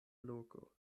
loko